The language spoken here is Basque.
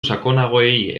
sakonagoei